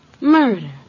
Murder